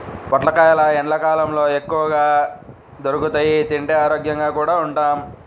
పొట్లకాయలు ఎండ్లకాలంలో ఎక్కువగా దొరుకుతియ్, తింటే ఆరోగ్యంగా కూడా ఉంటాం